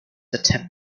attempt